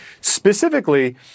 specifically